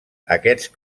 aquest